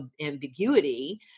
ambiguity